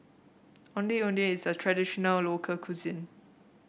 Ondeh Ondeh is a traditional local cuisine